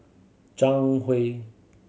Zhang Hui